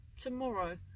tomorrow